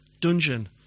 Dungeon